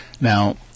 Now